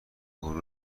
غرور